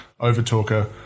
Overtalker